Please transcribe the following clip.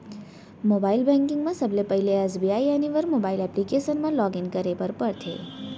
mobile banking म सबले पहिली एस.बी.आई एनिवर मोबाइल एप्लीकेसन म लॉगिन करे बर परथे